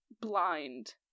blind